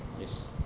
Yes